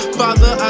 father